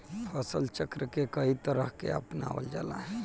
फसल चक्र के कयी तरह के अपनावल जाला?